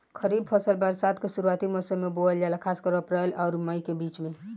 खरीफ फसल बरसात के शुरूआती मौसम में बोवल जाला खासकर अप्रैल आउर मई के बीच में